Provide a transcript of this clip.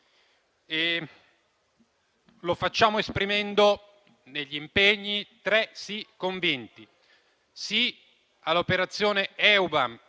Lo facciamo esprimendo, negli impegni, tre si convinti. Sì all'operazione Eubam,